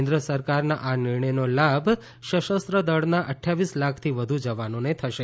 કેન્દ્ર સરકારના આ નિર્ણયનો લાભ સશસ્ત્રદળ અઠ્ઠાવીસ લાખથી વધુ જવાનોને થશે